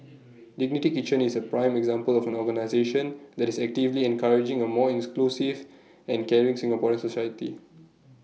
dignity kitchen is A prime example of an organisation that is actively encouraging A more inclusive and caring Singaporean society